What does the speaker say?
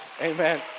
Amen